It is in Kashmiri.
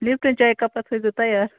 لِپٹَن چاے کَپا تھٲیزیو تَیار